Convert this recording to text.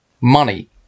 money